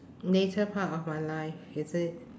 later part of my life is it